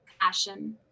passion